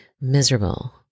miserable